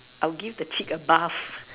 I would give the chick a bath